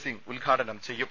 സിങ്ങ് ഉദ്ഘാടനം ചെയ്യും